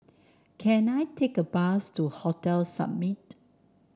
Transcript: can I take a bus to Hotel Summit